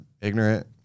ignorant